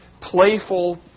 Playful